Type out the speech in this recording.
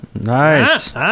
nice